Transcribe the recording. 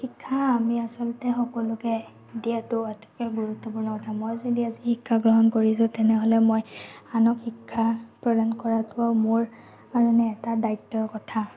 শিক্ষা আমি আচলতে সকলোকে দিয়াতো আটাইতকৈ গুৰুত্বপূৰ্ণ কথা মই যদি আজি শিক্ষা গ্ৰহণ কৰিছোঁ তেনেহ'লে মই আনক শিক্ষা প্ৰদান কৰাটোও মোৰ কাৰণে এটা দ্বায়িত্ব কথা